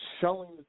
selling